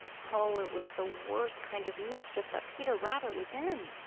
oh, it was the worst kind of mischief that peter rabbit was in.